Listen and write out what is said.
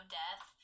death